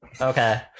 Okay